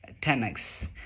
10x